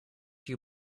you